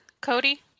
Cody